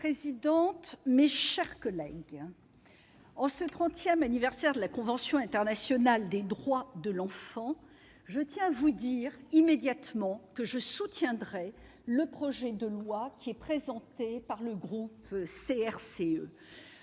Madame la présidente, mes chers collègues, en ce trentième anniversaire de la convention internationale des droits de l'enfant, je tiens à dire que je soutiens la proposition de loi qui est présentée par le groupe CRCE.